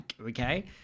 Okay